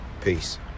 Peace